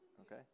okay